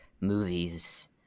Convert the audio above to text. movies